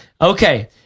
Okay